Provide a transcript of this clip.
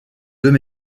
deux